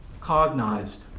cognized